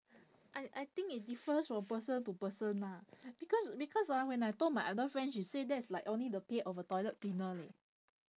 I I think it differs from people to people lah because because ah when I told my other friend she said that's like only the pay of a toilet cleaner leh